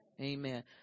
Amen